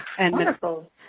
wonderful